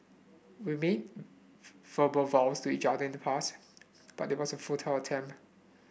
we made verbal vows to each other in the past but it was a futile attempt